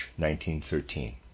1913